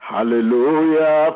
Hallelujah